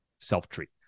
self-treat